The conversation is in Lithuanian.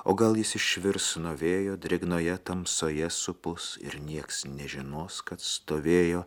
o gal jis išvirs nuo vėjo drėgnoje tamsoje supus ir niekas nežinos kad stovėjo